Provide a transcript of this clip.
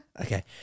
Okay